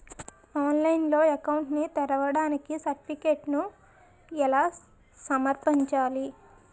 ఆన్లైన్లో అకౌంట్ ని తెరవడానికి సర్టిఫికెట్లను ఎలా సమర్పించాలి?